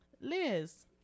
liz